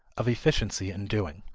of efficiency in doing.